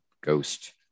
ghost